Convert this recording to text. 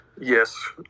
Yes